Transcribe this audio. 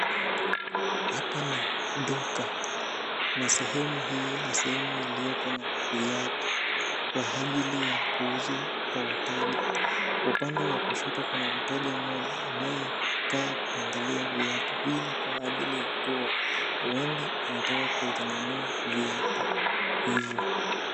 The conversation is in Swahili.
Hapa ni duka na sehemu hii ni sehemu iliyo na viatu kwa ajili ya kuuzwa. Upande wa kushoto kuna mteja mmoja ambaye ni kama anaangalia viatu. Hii ni kwa ajili yakua huenda anataka kuvinunua viatu hivyo.